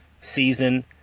season